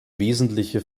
wesentliche